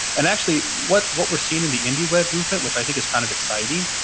and actually, what what we're seeing in the indie web movement, which i think is kind of exciting,